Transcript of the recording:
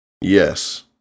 Yes